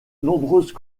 nombreuses